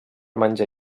menjar